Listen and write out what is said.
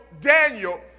Daniel